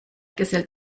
gesellt